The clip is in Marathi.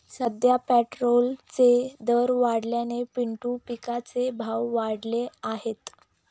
सध्या पेट्रोलचे दर वाढल्याने पिंटू पिकाचे भाव वाढले आहेत